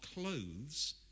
clothes